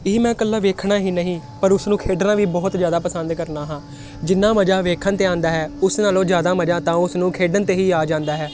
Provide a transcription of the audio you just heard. ਇਹ ਮੈਂ ਇਕੱਲਾ ਵੇਖਣਾ ਹੀ ਨਹੀਂ ਪਰ ਉਸ ਨੂੰ ਖੇਡਣਾ ਵੀ ਬਹੁਤ ਜ਼ਿਆਦਾ ਪਸੰਦ ਕਰਦਾ ਹਾਂ ਜਿੰਨਾ ਮਜ਼ਾ ਵੇਖਣ 'ਤੇ ਆਉਂਦਾ ਹੈ ਉਸ ਨਾਲੋਂ ਜ਼ਿਆਦਾ ਮਜਾ ਤਾਂ ਉਸ ਨੂੰ ਖੇਡਣ 'ਤੇ ਹੀ ਆ ਜਾਂਦਾ ਹੈ